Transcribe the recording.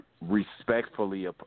respectfully